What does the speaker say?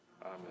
Amen